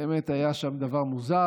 באמת היה שם דבר מוזר.